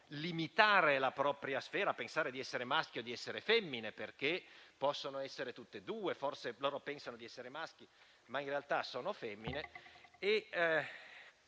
limitare la propria sfera, pensare di essere maschi o di essere femmine, perché possono essere tutte e due, forse loro pensano di essere maschi ma in realtà sono femmine.